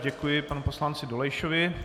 Děkuji panu poslanci Dolejšovi.